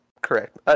correct